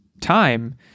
time